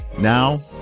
Now